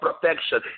protection